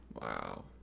wow